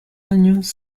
años